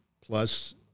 plus